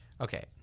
Okay